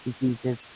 diseases